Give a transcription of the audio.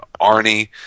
Arnie